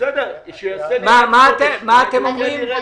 מה אתם אומרים?